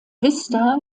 vista